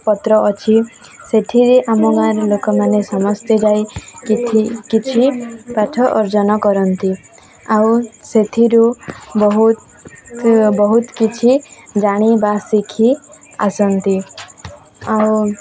ପତ୍ର ଅଛି ସେଥିରେ ଆମ ଗାଁର ଲୋକମାନେ ସମସ୍ତେ ଯାଇ କିଛି କିଛି ପାଠ ଅର୍ଜନ କରନ୍ତି ଆଉ ସେଥିରୁ ବହୁତ ବହୁତ କିଛି ଜାଣିିବା ଶିଖି ଆସନ୍ତି ଆଉ